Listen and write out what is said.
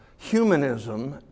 humanism